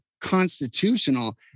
constitutional